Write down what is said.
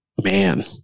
Man